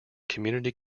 community